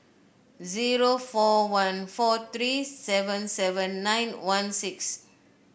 zero four one four three seven seven nine one six